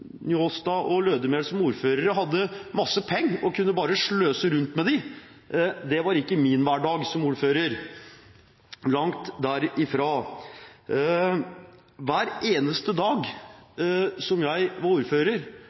Njåstad og Lødemel som ordførere hadde masse penger og bare kunne sløse rundt med dem. Det var ikke min hverdag som ordfører – langt derifra. Hver eneste dag jeg var ordfører,